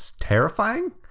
terrifying